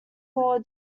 call